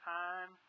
time